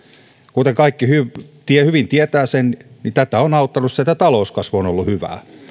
kuten kaikki hyvin tietävät niin tätä on auttanut se että talouskasvu on ollut hyvää